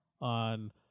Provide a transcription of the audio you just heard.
on